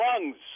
lungs